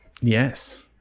Yes